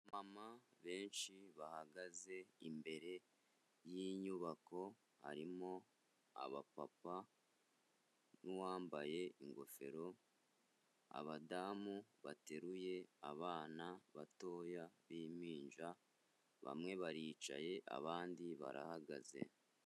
Abamama benshi bahagaze imbere y'inyubako, harimo abapapa n'uwambaye ingofero, abadamu bateruye abana batoya b'impinja, bamwe baricaye abandi barahagaze.